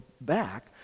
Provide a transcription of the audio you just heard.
back